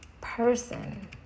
person